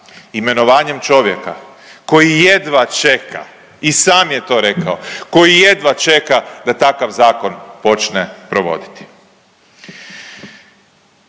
imenovanjem čovjeka koji jedva čeka i sam je to rekao, koji jedva čeka da takav zakon počne provoditi.